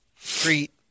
street